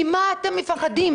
ממה אתם מפחדים?